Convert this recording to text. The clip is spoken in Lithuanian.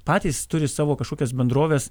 patys turi savo kažkokias bendroves